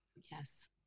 Yes